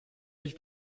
sich